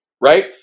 Right